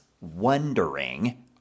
wondering